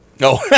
No